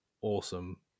awesome